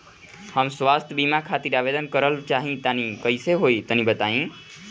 हम स्वास्थ बीमा खातिर आवेदन करल चाह तानि कइसे होई तनि बताईं?